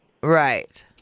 Right